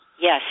Yes